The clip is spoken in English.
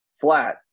flat